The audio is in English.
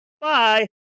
Bye